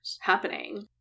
happening